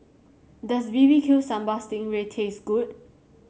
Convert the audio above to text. does B B Q Sambal Sting Ray taste good